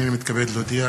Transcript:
הנני מתכבד להודיע,